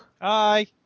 hi